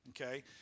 Okay